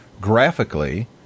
graphically